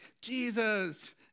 Jesus